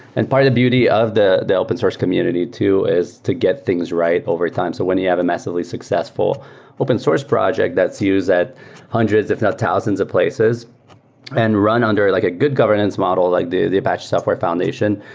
and part of the beauty of the the open source community too is to get things right over time. so when you have a massively successful open source project that's used at hundreds, if not thousands of places and run under like a good governance model like the the apache software foundation,